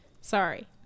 sorry